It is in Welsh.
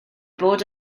bod